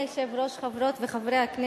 התשע"ב 2011, של חברי הכנסת